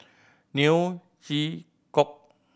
Neo Chwee Kok